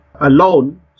alone